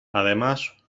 además